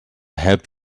help